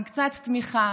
עם קצת תמיכה,